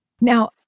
Now